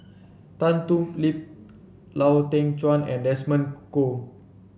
Tan Thoon Lip Lau Teng Chuan and Desmond Kon